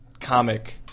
comic